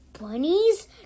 bunnies